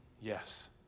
yes